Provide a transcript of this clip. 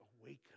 awaken